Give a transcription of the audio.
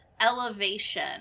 Elevation